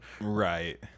Right